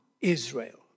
Israel